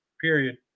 period